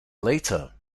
later